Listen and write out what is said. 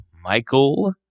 Michael